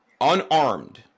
Unarmed